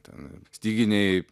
ten styginiai